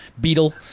Beetle